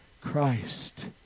Christ